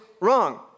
wrong